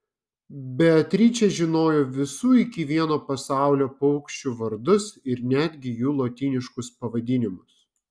beatričė žinojo visų iki vieno pasaulio paukščių vardus ir netgi jų lotyniškus pavadinimus